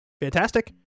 Fantastic